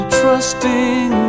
trusting